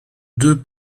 deux